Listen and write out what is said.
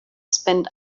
spend